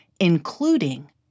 including